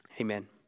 amen